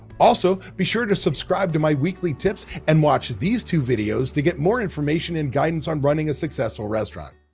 also, be sure to subscribe to my weekly tips and watch these two videos to get more information and guidance on running a successful restaurant.